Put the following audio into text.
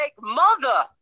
mother